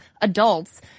adults